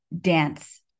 dance